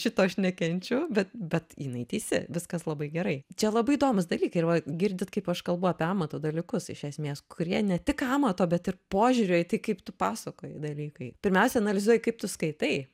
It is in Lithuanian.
šito aš nekenčiu bet bet jinai teisi viskas labai gerai čia labai įdomūs dalykai ir va girdit kaip aš kalbu apie amato dalykus iš esmės kurie ne tik amato bet ir požiūrio į tai kaip tu pasakoji dalykai pirmiausia analizuoji kaip tu skaitai